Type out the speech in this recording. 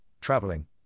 traveling